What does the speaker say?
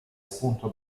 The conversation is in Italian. spunto